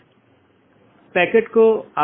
क्योंकि यह एक बड़ा नेटवर्क है और कई AS हैं